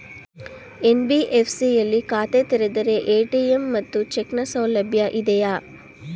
NBFC ಯಲ್ಲಿ ಖಾತೆ ತೆರೆದರೆ ಎ.ಟಿ.ಎಂ ಮತ್ತು ಚೆಕ್ ನ ಸೌಲಭ್ಯ ಇದೆಯಾ?